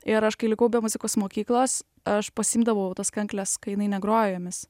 ir aš kai likau be muzikos mokyklos aš pasiimdavau tas kankles kai jinai negrojo jomis